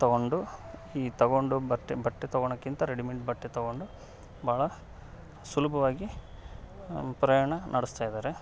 ತಗೊಂಡು ಈ ತಗೊಂಡು ಬಟ್ಟೆ ಬಟ್ಟೆ ತೊಗೋಳಕ್ಕಿಂತ ರೆಡಿಮೆಂಟ್ ಬಟ್ಟೆ ತಗೊಂಡು ಭಾಳ ಸುಲಭವಾಗಿ ಪ್ರಯಾಣ ನಡೆಸ್ತಾ ಇದಾರೆ